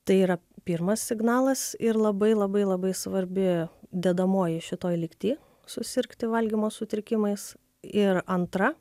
tai yra pirmas signalas ir labai labai labai svarbi dedamoji šitoj lygty susirgti valgymo sutrikimais ir antra